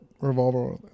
revolver